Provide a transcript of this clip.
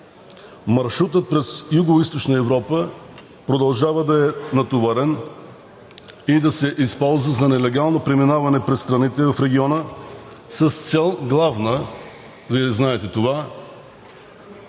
Маршрутът през Югоизточна Европа продължава да е натоварен и да се използва за нелегално преминаване през страните в региона с главна цел, Вие знаете това,